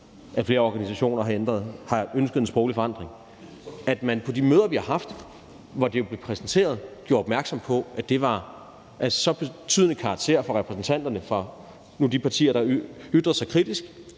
at flere organisationer har ønsket en sproglig forandring – at man på de møder, vi har haft, hvor det jo blev præsenteret, gjorde opmærksom på, at det var af så betydende karakter for repræsentanterne fra nogle af de partier, der ytrer sig kritisk,